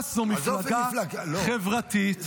ש"ס זו מפלגה חברתית.